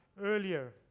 earlier